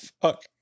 Fuck